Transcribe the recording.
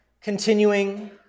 continuing